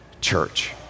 church